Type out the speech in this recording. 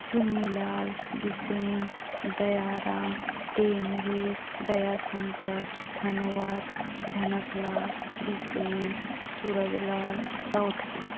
Chunni Lal Bisen Daya Ram Temre Daya Shankar Hanwad Jhanak Lal Bisen Suraj Lal Chaudhary